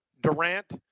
Durant